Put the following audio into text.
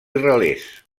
relés